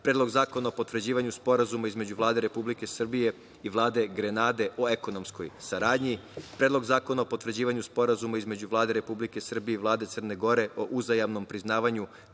Predlog zakona o potvrđivanju Sporazuma između Vlade Republike Srbije i Vlade Grenade o ekonomskoj saradnji, Predlog zakona o potvrđivanju Sporazuma između Vlade Republike Srbije i Vlade Crne Gore o uzajamnom priznavanju